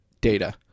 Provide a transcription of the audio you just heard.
data